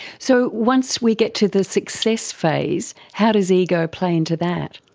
so once we get to the success phase, how does ego play into that?